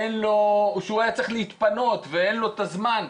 שהוא היה צריך להתפנות ואין לו את הזמן,